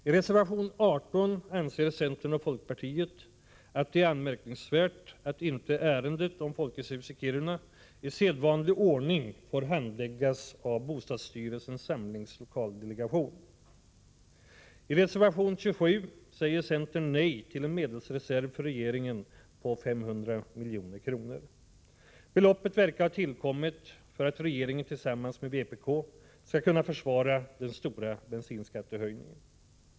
I reservation 18 anser centern och folkpartiet att det är anmärkningsvärt att inte ärendet om Folkets hus i Kiruna i sedvanlig ordning får handläggas av bostadsstyrelsens samlingslokaldelegation. I reservation 27 säger centern nej till en medelsreserv för regeringen på 500 milj.kr. Beloppet verkar ha tillkommit för att regeringen tillsammans med vpk skall kunna försvara den stora bensinskattehöjningen.